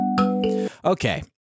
Okay